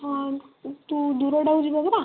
ହଁ ତୁ ଦୂରଟାକୁ ଯିବା ପରା